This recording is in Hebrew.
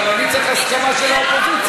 אבל אני צריך הסכמה של האופוזיציה.